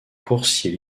coursier